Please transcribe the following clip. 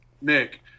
Nick